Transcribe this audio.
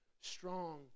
strong